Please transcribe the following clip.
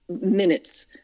minutes